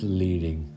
leading